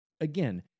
again